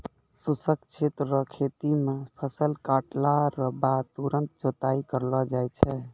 शुष्क क्षेत्र रो खेती मे फसल काटला रो बाद तुरंत जुताई करलो जाय छै